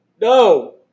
no